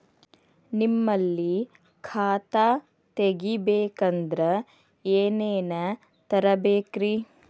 ನಿಮ್ಮಲ್ಲಿ ಖಾತಾ ತೆಗಿಬೇಕಂದ್ರ ಏನೇನ ತರಬೇಕ್ರಿ?